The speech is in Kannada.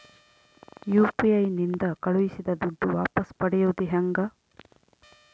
ಯು.ಪಿ.ಐ ನಿಂದ ಕಳುಹಿಸಿದ ದುಡ್ಡು ವಾಪಸ್ ಪಡೆಯೋದು ಹೆಂಗ?